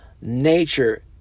nature